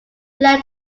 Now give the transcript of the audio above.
led